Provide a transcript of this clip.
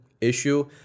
issue